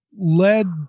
led